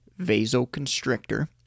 vasoconstrictor